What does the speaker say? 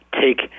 take